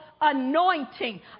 anointing